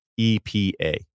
EPA